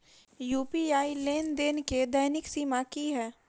UPI लेनदेन केँ दैनिक सीमा की है?